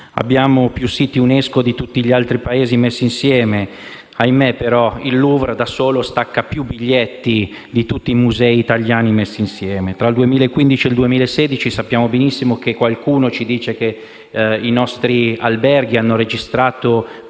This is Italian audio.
Abbiamo più siti UNESCO di tutti gli altri Paesi messi insieme, ma il Louvre da solo stacca più biglietti di tutti i musei italiani messi insieme. Tra il 2015 e il 2016 qualcuno dice che i nostri alberghi hanno registrato